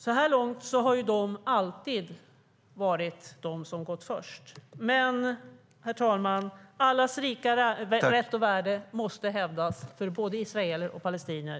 Så här långt har de alltid gått först, men allas lika rätt och värde måste hävdas. Det gäller både israeler och palestinier.